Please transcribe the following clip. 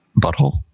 Butthole